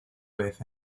vez